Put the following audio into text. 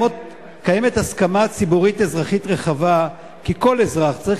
קיימת הסכמה ציבורית-אזרחית רחבה כי כל אזרח צריך